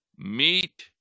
Meet